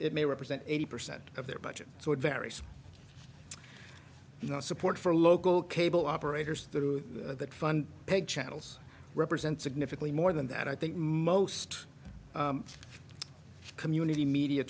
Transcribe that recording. it may represent eighty percent of their budget so it varies you know support for local cable operators through that fund paid channels represent significantly more than that i think most community media